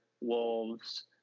Wolves